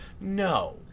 No